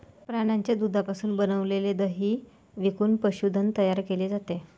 प्राण्यांच्या दुधापासून बनविलेले दही विकून पशुधन तयार केले जाते